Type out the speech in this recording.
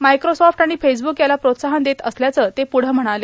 Microsoft आणि Facebook याला प्रोत्साहन देत असल्याचं ते प्रुढं म्हणाले